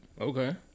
Okay